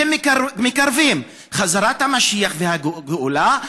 אתם מקרבים את חזרת המשיח והגאולה,